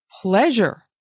pleasure